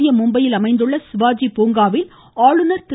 மத்திய மும்பையில் அமைந்துள்ள சிவாஜி பூங்காவில் ஆளுநர் திரு